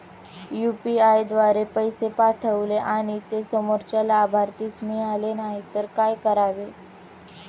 UPI द्वारे पैसे पाठवले आणि ते समोरच्या लाभार्थीस मिळाले नाही तर काय करावे?